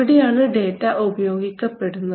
ഇവിടെയാണ് ഡേറ്റ ഉപയോഗിക്കപ്പെടുന്നത്